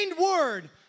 word